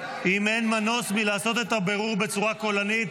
אם אין מנוס מלעשות את הבירור בצורה קולנית,